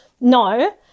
no